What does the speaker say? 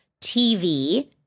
TV